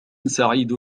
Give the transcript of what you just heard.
سعيد